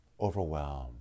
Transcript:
overwhelmed